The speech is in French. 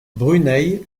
brunei